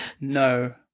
No